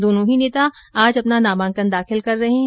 दोनो ही नेता आज अपना नामांकन दाखिल कर रहे है